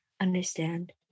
understand